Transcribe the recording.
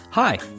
Hi